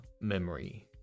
memory